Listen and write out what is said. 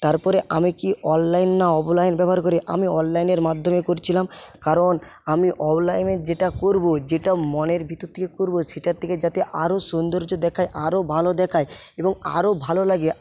তারপরে আমি কি অনলাইন না অফলাইন ব্যবহার করি আমি অনলাইনের মাধ্যমে করছিলাম কারণ আমি অফলাইনের যেটা করবো যেটা মনের ভিতর থেকে করবো সেটার থেকে যাতে আরো সৌন্দর্য দেখায় আরো ভালো দেখায় এবং আরো ভালো লাগে